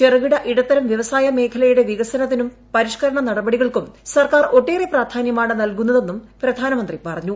ചെറുകിട ഇടത്തരം വൃവസായ മേഖലയുടെ വികസനത്തിനും പരിഷ്ക്കരണ നടപടികൾക്കും സർക്കാർ ഒട്ടേറെ പ്രാധാനൃമാണ് നൽകുന്നതെന്നും പ്രധാനമന്ത്രി പറഞ്ഞു